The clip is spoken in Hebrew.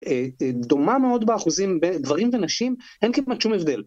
דומה מאוד באחוזים בין... גברים ונשים, אין כמעט שום הבדל.